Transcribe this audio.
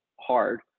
hard